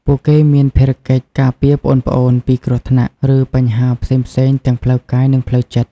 ពួកគេមានភារកិច្ច ការពារប្អូនៗ ពីគ្រោះថ្នាក់ ឬបញ្ហាផ្សេងៗ ទាំងផ្លូវកាយ និងផ្លូវចិត្ត។